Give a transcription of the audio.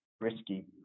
risky